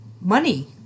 money